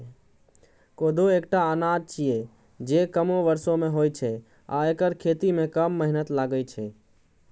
कोदो एकटा अनाज छियै, जे कमो बर्षा मे होइ छै आ एकर खेती मे कम मेहनत लागै छै